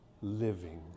living